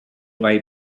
way